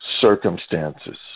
circumstances